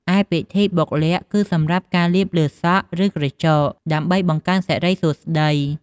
ឯ ពិធីបុកល័ក្ត គឺសម្រាប់ការលាបលើសក់ ឬក្រចក ដើម្បីបង្កើនសិរីសួស្តី។